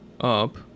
up